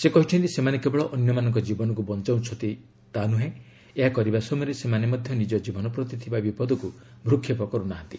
ସେ କହିଛନ୍ତି ସେମାନେ କେବଳ ଅନ୍ୟମାନଙ୍କ ଜୀବନକୁ ବଞ୍ଚାଉଛନ୍ତି ତା ନୁହେଁ ଏହା କରିବା ସମୟରେ ସେମାନେ ମଧ୍ୟ ନିଜ ଜୀବନ ପ୍ରତି ଥିବା ବିପଦକୁ ଭୂକ୍ଷେପ କରୁନାହାନ୍ତି